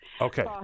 Okay